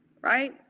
right